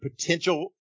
potential